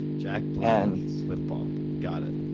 jack black lip balm, got it.